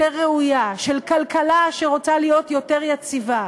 יותר ראויה, של כלכלה שרוצה להיות יותר יציבה,